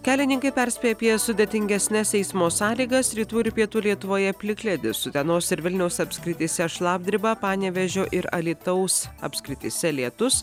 kelininkai perspėja apie sudėtingesnes eismo sąlygas rytų ir pietų lietuvoje plikledis utenos ir vilniaus apskrityse šlapdriba panevėžio ir alytaus apskrityse lietus